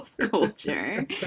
culture